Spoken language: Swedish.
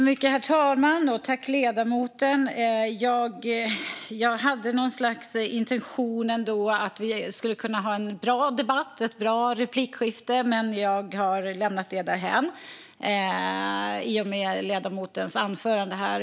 Herr talman! Jag hade något slags förhoppning om att vi skulle kunna ha en bra debatt och ett bra replikskifte, men jag har lämnat den förhoppningen därhän i och med ledamotens anförande här.